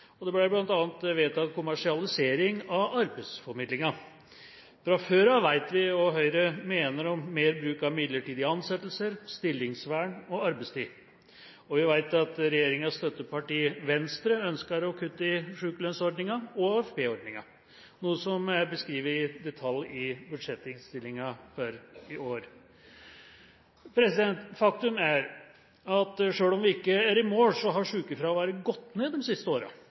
Det ble bl.a. vedtatt kommersialisering av arbeidsformidlinga. Fra før av vet vi hva Høyre mener om mer bruk av midlertidige ansettelser, stillingsvern og arbeidstid. Vi vet at regjeringas støtteparti Venstre ønsker å kutte i sykelønnsordninga og i AFP-ordninga, noe som er beskrevet i detalj i budsjettinnstillinga for i år. Faktum er at selv om vi ikke er i mål, har sykefraværet gått ned de siste